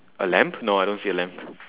a lamb no I don't see a lamb